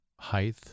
height